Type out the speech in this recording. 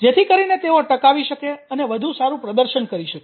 જેથી કરીને તેઓ ટકાવી શકે અને વધુ સારું પ્રદર્શન કરી શકે